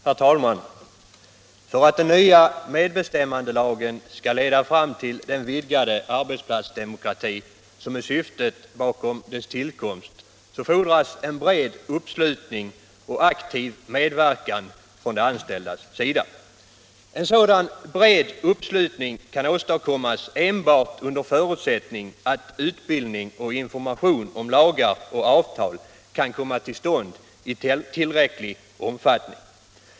Herr talman! För att den nya medbestämmandelagen skall leda fram till den vidgade arbetsplatsdemokrati som är syftet med dess tillkomst, fordras det en bred uppslutning och aktiv medverkan från de anställdas sida. En sådan bred uppslutning kan åstadkommas enbart under förutsättning att utbildning och information om lagar och avtal kan komma till stånd i tillräcklig omfattning.